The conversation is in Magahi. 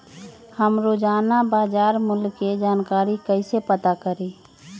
हम रोजाना बाजार मूल्य के जानकारी कईसे पता करी?